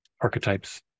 archetypes